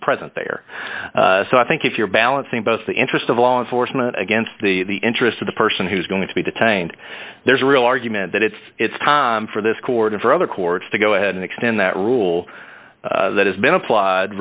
present there so i think if you're balancing both the interest of law enforcement against the interest of the person who's going to be detained there's a real argument that it's it's time for this court and for other courts to go ahead and extend that rule that has been applied